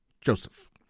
Joseph